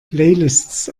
playlists